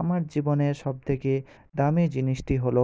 আমার জীবনের সবথেকে দামি জিনিসটি হল